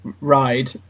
ride